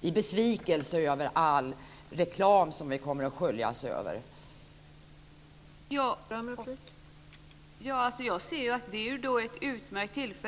i besvikelser över all den reklam som kommer att skölja över oss?